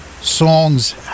songs